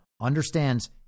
understands